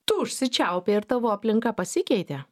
tu užsičiaupei ar tavo aplinka pasikeitė